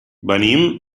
venim